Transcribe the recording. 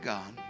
God